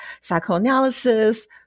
psychoanalysis